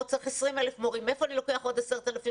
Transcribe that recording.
ההוא צריך 20,000 מורים ומאיפה אני לוקח עוד 10,000,